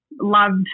loved